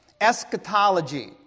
Eschatology